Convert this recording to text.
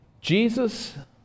Jesus